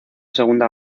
segunda